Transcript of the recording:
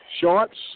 shorts